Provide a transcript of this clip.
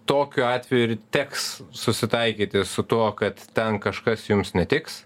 tokiu atveju ir teks susitaikyti su tuo kad ten kažkas jums netiks